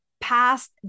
past